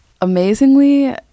Amazingly